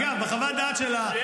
אגב, בחוות הדעת שלה -- יש